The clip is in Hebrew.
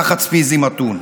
"לחץ פיזי מתון".